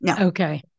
Okay